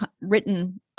written